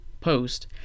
post